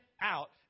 out